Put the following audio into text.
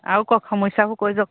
আৰু কওক সমস্যাবোৰ কৈ যাওক